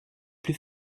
plus